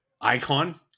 icon